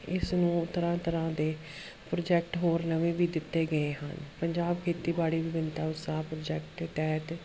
ਇਸ ਨੂੰ ਤਰ੍ਹਾਂ ਤਰ੍ਹਾਂ ਦੇ ਪ੍ਰੋਜੈਕਟ ਹੋਰ ਨਵੇਂ ਵੀ ਦਿੱਤੇ ਗਏ ਹਨ ਪੰਜਾਬ ਖੇਤੀਬਾੜੀ ਵਿਭਿੰਨਤਾ ਉਤਸ਼ਾਹ ਪ੍ਰੋਜੈਕਟ ਤਹਿਤ